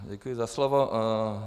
Děkuji za slovo.